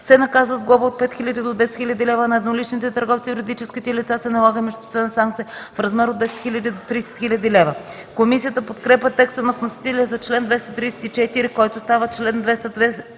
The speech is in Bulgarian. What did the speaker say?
се наказва с глоба от 5000 до 10 000 лв., а на едноличните търговци и юридическите лица се налага имуществена санкция в размер от 10 000 до 30 000 лв.” Комисията подкрепя текста на вносителя за чл. 234, който става чл. 225.